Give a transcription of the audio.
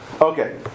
Okay